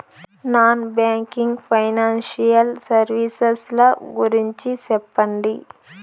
Non banking financial services ల గురించి సెప్పండి?